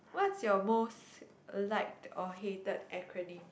what's your most liked or hated acronym